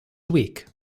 week